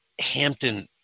Hampton